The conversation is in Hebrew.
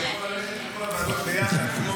שיוכל ללכת לכל הוועדות ביחד.